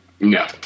No